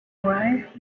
arrive